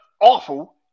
awful